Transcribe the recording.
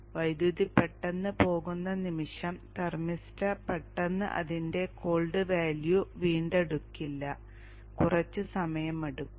വൈദ്യുതി പെട്ടെന്ന് പോകുന്ന നിമിഷം തെർമിസ്റ്റർ പെട്ടെന്ന് അതിന്റെ കോൾഡ് വാല്യൂ വീണ്ടെടുക്കില്ല കുറച്ച് സമയമെടുക്കും